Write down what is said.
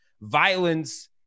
violence